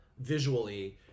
visually